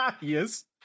Yes